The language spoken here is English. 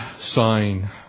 sign